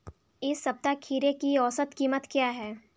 इस सप्ताह खीरे की औसत कीमत क्या है?